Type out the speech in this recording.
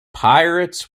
pirates